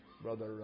Brother